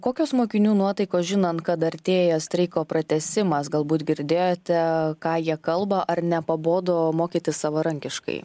kokios mokinių nuotaikos žinant kad artėja streiko pratęsimas galbūt girdėjote ką jie kalba ar nepabodo mokytis savarankiškai